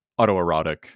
autoerotic